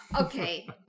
Okay